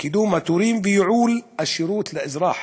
לקידום התורים ולייעול השירות לאזרח,